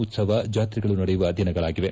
ಉತ್ತವ ಜಾತ್ರೆಗಳು ನಡೆಯುವ ದಿನಗಳಾಗಿವೆ